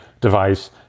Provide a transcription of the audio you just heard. device